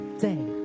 day